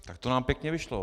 Tak to nám pěkně vyšlo.